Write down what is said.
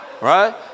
right